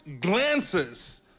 glances